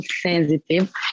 sensitive